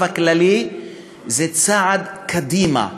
הכללי לאנשים עם מוגבלות זה צעד קדימה,